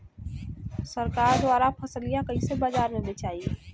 सरकार द्वारा फसलिया कईसे बाजार में बेचाई?